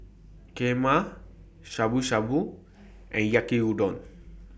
Kheema Shabu Shabu and Yaki Udon